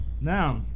Now